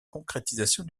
concrétisation